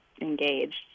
engaged